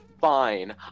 Fine